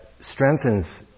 strengthens